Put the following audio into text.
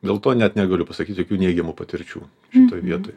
dėl to net negaliu pasakyt jokių neigiamų patirčių šitoje vietoj